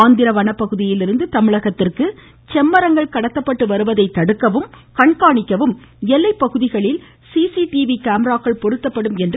ஆந்திர வனப்பகுதியிலிருந்து தமிழகத்திற்கு செம்மரங்கள் கடத்தப்பட்டு வருவதை தடுக்கவும் கண்காணிக்கவும் எல்லைப் பகுதிகளில் சிசிடிவி கேமராக்கள் பொருத்தப்படும் என்றார்